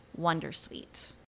Wondersuite